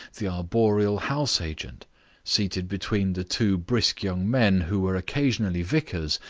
the arboreal house-agent seated between the two brisk young men who were occasionally vicars,